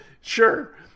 sure